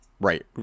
right